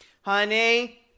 honey